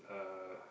uh